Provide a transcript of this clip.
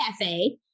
cafe